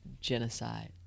genocide